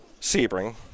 Sebring